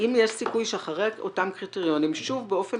האם יש סיכוי שאחרי אותם קריטריונים שוב באופן